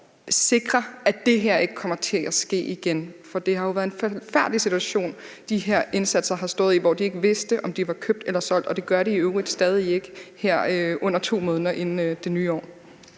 sikre, at det her ikke kommer til at ske igen? For det har jo været en forfærdelig situation, de her indsatser har stået i, hvor de ikke vidste, om de var købt eller solgt, og det gør de i øvrigt stadig ikke her under 2 måneder inden det nye år.